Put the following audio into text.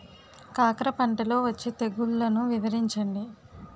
కాకర పంటలో వచ్చే తెగుళ్లను వివరించండి?